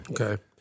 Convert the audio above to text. Okay